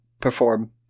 perform